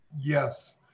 Yes